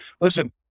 listen